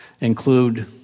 include